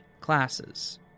classes